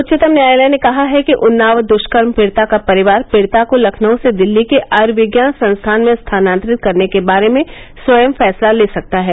उच्चतम न्यायालय ने कहा है कि उन्नाव दुष्कर्म पीड़िता का परिवार पीड़िता को लखनऊ से दिल्ली के आयुर्विज्ञान संस्थान में स्थानान्तरित करने के बारे में स्वयं फैसला ले सकता है